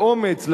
באומץ,